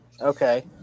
Okay